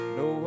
no